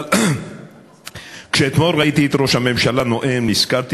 אבל כשאתמול ראיתי את ראש הממשלה נואם נזכרתי